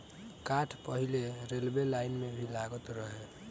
काठ पहिले railway line में भी लागत रहे